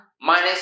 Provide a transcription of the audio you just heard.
minus